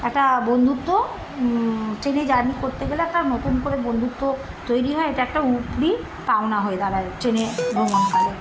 একটা বন্ধুত্ব ট্রেনে জার্নি করতে গেলে একটা নতুন করে বন্ধুত্ব তৈরি হয় এটা একটা উপরি পাওনা হয়ে দাঁড়ায় ট্রেনে ভ্রমণকালে